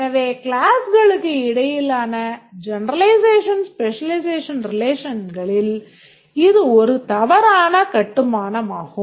எனவே கிளாஸ்களுக்கு இடையிலான generalization specialization relationனில் இது ஒரு தவறான கட்டுமானமாகும்